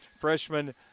freshman